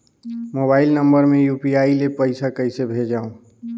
Mobile number मे UPI ले पइसा कइसे भेजवं?